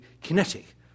kinetic